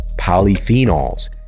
polyphenols